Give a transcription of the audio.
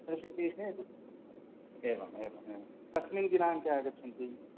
हृषीकेशे एवम् एवम् एवं कस्मिन् दिनाङ्के आगच्छन्ति